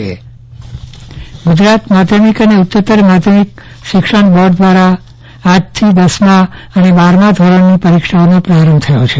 Chandravadan Pattani board પરીક્ષા પ્રારંભ ગુજરાત માધ્યમિકને ઉચ્ચતર માધ્યમિક શિક્ષણ બોર્ડ દ્વારાઆજથી દસમા અને બારમા ધોરણની પરીક્ષાનો પ્રારંભ થયો છે